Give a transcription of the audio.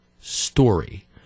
story